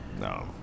No